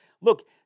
look